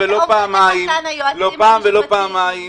אומרים לך כאן היועצים המשפטיים --- לא פעם ולא פעמיים,